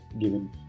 given